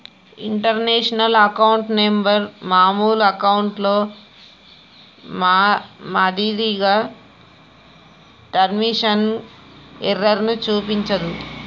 international account number మామూలు అకౌంట్లో మాదిరిగా ట్రాన్స్మిషన్ ఎర్రర్ ను చూపించదు